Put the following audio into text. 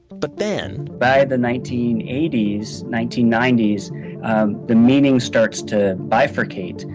but then, by the nineteen eighty s, nineteen ninety s the meaning starts to bifurcate.